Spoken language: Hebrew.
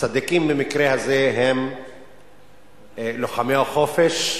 הצדיקים במקרה הזה הם לוחמי החופש.